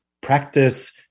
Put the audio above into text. Practice